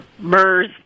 MERS